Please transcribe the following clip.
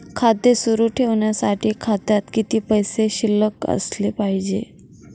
खाते सुरु ठेवण्यासाठी खात्यात किती पैसे शिल्लक असले पाहिजे?